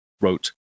wrote